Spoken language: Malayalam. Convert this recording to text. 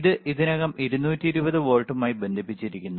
ഇത് ഇതിനകം 220 വോൾട്ടുകളുമായി ബന്ധിപ്പിച്ചിരിക്കുന്നു